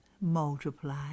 multiply